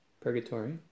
Purgatory